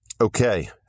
okay